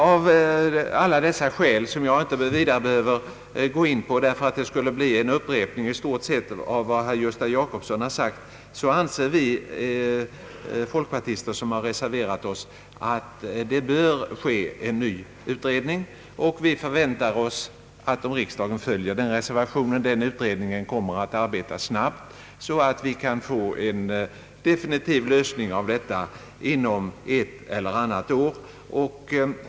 Av alla dessa skäl, vilka jag inte behöver vidare gå in på, eftersom det i stort skulle bli en upprepning av vad herr Gösta Jacobsson sagt, anser folkpartireservanterna att en ny utredning bör företas. Vi förväntar oss att denna utredning, om riksdagen följer vår reservation, kommer att arbeta snabbt, så att vi kan få en definitiv lösning av detta problem inom ett eller annat år.